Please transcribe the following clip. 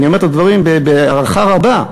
אני אומר את הדברים בהערכה רבה,